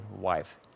wife